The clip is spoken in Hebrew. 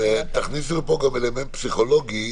תכניסו פה גם אלמנט פסיכולוגי.